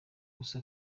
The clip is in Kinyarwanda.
gusa